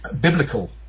biblical